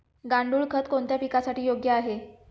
गांडूळ खत कोणत्या पिकासाठी योग्य आहे?